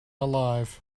alive